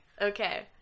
Okay